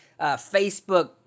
Facebook